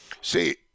See